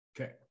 Okay